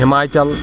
Himachal